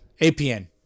APN